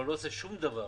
אבל הוא לא עושה שום דבר,